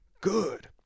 good